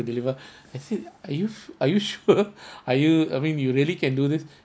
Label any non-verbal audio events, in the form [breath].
to deliver [breath] I said are you are you sure [laughs] are you I mean you really can do this